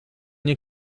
nie